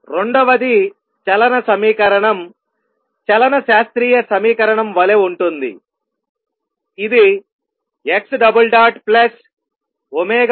రెండవది చలన సమీకరణం చలన శాస్త్రీయ సమీకరణం వలె ఉంటుంది ఇది x02x0